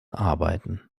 arbeiten